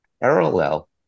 parallel